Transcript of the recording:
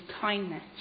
kindness